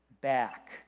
back